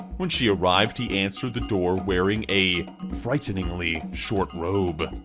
when she arrived he answered the door wearing a frighteningly short robe.